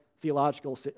theological